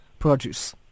produce